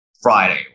Friday